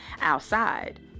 outside